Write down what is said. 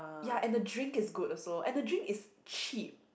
ya and the drink is good also and the drink is cheap